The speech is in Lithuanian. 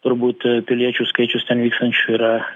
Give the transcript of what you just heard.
turbūt piliečių skaičius ten vykstančių yra